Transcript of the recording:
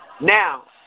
Now